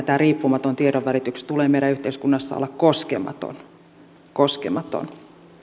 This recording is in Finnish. tämän riippumattoman tiedonvälityksen tulee meidän yhteiskunnassamme olla koskematon koskematon